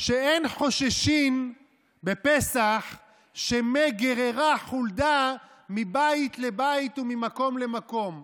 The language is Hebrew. שאין חוששים בפסח שמא גררה חולדה מבית לבית וממקום למקום.